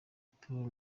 pour